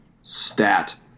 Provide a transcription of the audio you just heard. Stat